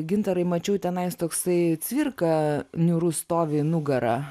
gintarai mačiau tenais toksai cvirka niūrus stovi nugara